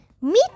Meet